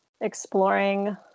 exploring